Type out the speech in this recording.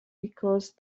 because